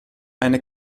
eine